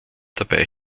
dabei